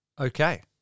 Okay